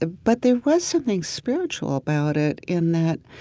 ah but there was something spiritual about it, in that